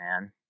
man